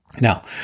Now